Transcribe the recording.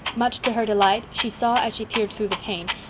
much to her delight, she saw, as she peered through the pane,